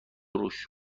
روش